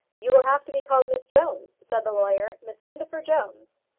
you will have to be called miss jones, said the lawyer, miss indefer jones.